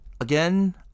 again